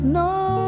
no